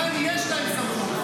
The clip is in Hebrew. כאן יש להם סמכות.